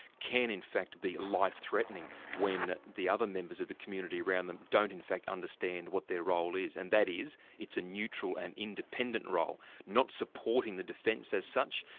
can in fact be life-threatening when the other members of the community around them don't in fact understand what their role is. and that is, it's a neutral and independent role, not supporting the defence as such,